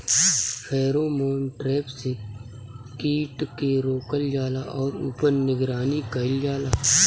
Pheromone trap से कीट के रोकल जाला और ऊपर निगरानी कइल जाला?